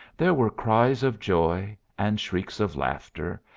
there were cries of joy, and shrieks of laughter,